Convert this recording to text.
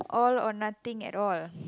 all or nothing at all